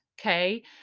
Okay